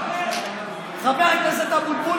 חבר הכנסת אבוטבול,